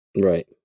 right